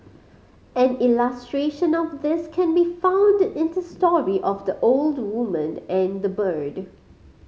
an illustration of this can be found in the story of the old woman and the bird